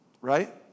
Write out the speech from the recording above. right